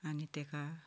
आनी ताका